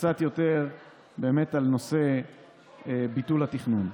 קצת יותר על נושא ביטול התכנון.